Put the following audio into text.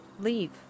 leave